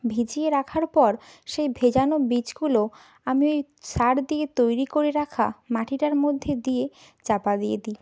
ভিজিয়ে রাখার পর সেই ভেজানো বীজগুলো আমি ওই সার দিয়ে তৈরি করে রাখা মাটিটার মধ্যে দিয়ে চাপা দিয়ে দি